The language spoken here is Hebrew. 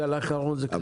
הגל האחרון זה כלי נשק.